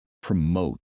promote